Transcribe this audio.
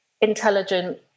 intelligent